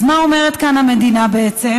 מה אומרת כאן המדינה בעצם?